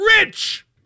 Rich